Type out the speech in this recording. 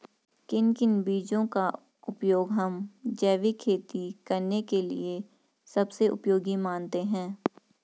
किन किन बीजों का उपयोग हम जैविक खेती करने के लिए सबसे उपयोगी मानते हैं?